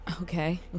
okay